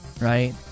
right